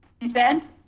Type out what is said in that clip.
present